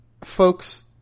Folks